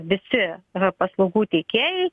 visi paslaugų teikėjai